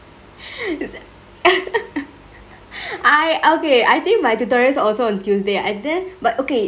I okay I think my tutorials also on tuesday ah then but okay